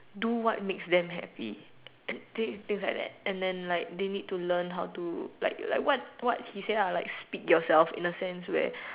do what makes them happy and they things like that and then like they need to learn how to like like what what he say lah like spit yourself in a sense where